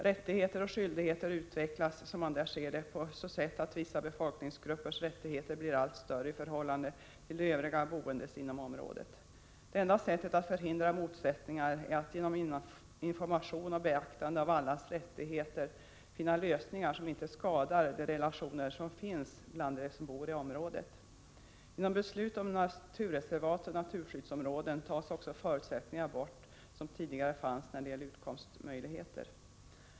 Rättigheter och skyldigheter utvecklas, som man där ser det, på så sätt att vissa befolkningsgruppers rättigheter blir allt större i förhållande till de övriga boendes inom området. Det enda sättet att förhindra motsättningar är att genom information och under beaktande av allas rättigheter finna lösningar som inte skadar de relationer som finns bland dem som bor i området. Genom beslut om naturreservat och naturskyddsområden tas också förutsättningar bort som tidigare fanns när det gällde utkomstmöjligheter.